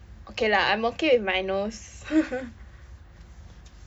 okay lah I'm okay with my nose